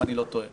אם אני לא טועה.